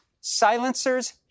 silencers